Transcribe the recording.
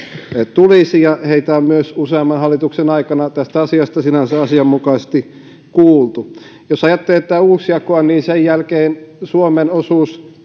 tulisi heitä on myös useamman hallituksen aikana tästä asiasta sinänsä asian mukaisesti kuultu jos ajattelee tätä uusjakoa niin sen jälkeen suomen osuus